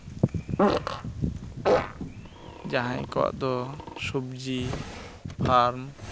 ᱡᱟᱦᱟᱸᱭ ᱠᱚᱣᱟᱜ ᱫᱚ ᱥᱚᱵᱽᱡᱤ ᱯᱷᱟᱨᱢ